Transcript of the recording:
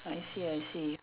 I see I see